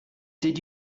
did